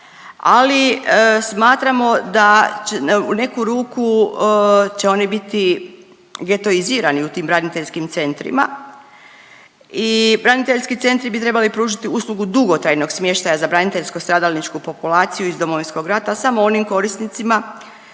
ali smatramo da u neku ruku će oni biti getoizirani u tim braniteljskim centrima i braniteljski centri bi trebali pružiti uslugu dugotrajnog smještaja za braniteljsko stradalničku populaciju iz Domovinskog rata samo onim korisnicima